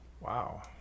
Wow